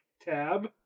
tab